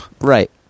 Right